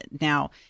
now